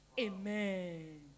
Amen